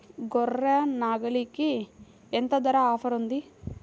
గొర్రె, నాగలికి ఎంత ధర ఆఫర్ ఉంది?